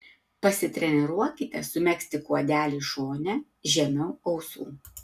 pasitreniruokite sumegzti kuodelį šone žemiau ausų